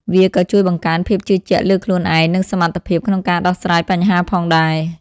វាក៏ជួយបង្កើនភាពជឿជាក់លើខ្លួនឯងនិងសមត្ថភាពក្នុងការដោះស្រាយបញ្ហាផងដែរ។